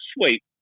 sweet